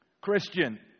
Christian